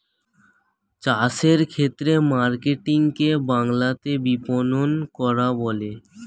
চাষের ক্ষেত্রে মার্কেটিং কে বাংলাতে বিপণন করা বলে